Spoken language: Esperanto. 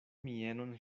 mienon